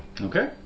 Okay